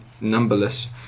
numberless